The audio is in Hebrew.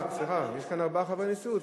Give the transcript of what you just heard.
סליחה, יש כאן ארבעה חברי נשיאות.